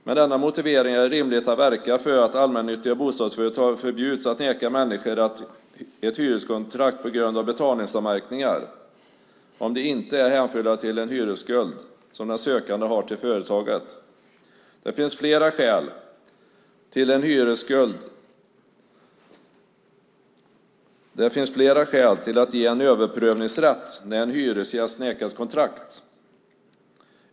Med denna motivering är det rimligt att verka för att allmännyttiga bostadsföretag förbjuds att neka människor hyreskontrakt på grund av betalningsanmärkningar om de inte är hänförliga till en hyresskuld som den sökande har till företaget. Det finns flera skäl till att ge en överprövningsrätt när en hyresgäst nekas kontrakt.